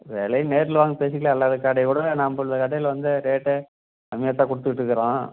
விலை நேரில் வாங்க பேசிக்கலாம் எல்லா கடையோட நம்ம கடையில் வந்து ரேட்டு கம்மியாகதான் கொடுத்துட்ருக்குறோம்